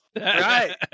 right